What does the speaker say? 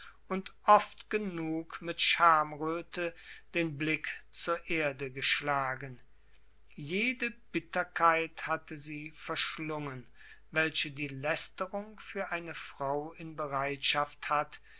und oft genug mit schamröte den blick zur erde geschlagen jede bitterkeit hatte sie verschlungen welche die lästerung für eine frau in bereitschaft hat